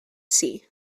sea